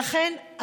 לכן,